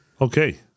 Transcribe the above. Okay